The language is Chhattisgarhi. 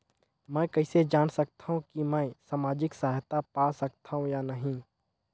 मै कइसे जान सकथव कि मैं समाजिक सहायता पा सकथव या नहीं?